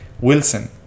Wilson